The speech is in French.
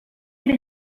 elle